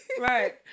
right